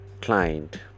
client